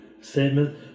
statement